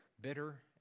bitter